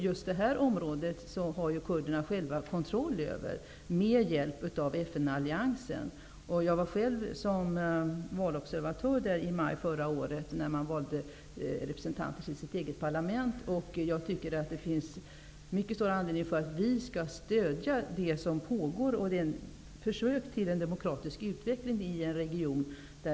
Just det här området har ju kurderna själva kontroll över, med hjälp av FN alliansen. Jag var själv där som valobservatör i maj förra året, när man valde representanter till sitt eget parlament. Jag tycker att det, i en region där det minst av allt råder demokrati, finns mycket stor anledning att stödja de pågående försöken till en demokratisk utveckling.